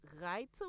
right